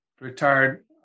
retired